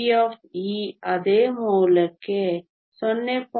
p ಅದೇ ಮೌಲ್ಯಕ್ಕೆ 0